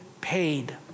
paid